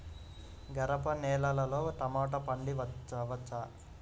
గరపనేలలో టమాటా పండించవచ్చా?